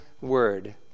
word